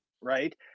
right